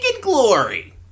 glory